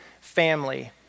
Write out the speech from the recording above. family